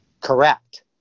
Correct